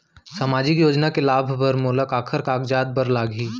सामाजिक योजना के लाभ बर मोला काखर कागजात बर लागही?